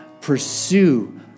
pursue